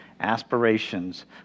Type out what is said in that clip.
aspirations